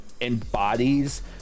embodies